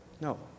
No